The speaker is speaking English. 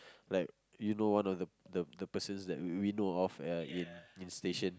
like you know of the the the persons that we know of in station